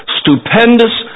stupendous